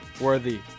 worthy